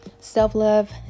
Self-Love